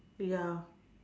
ya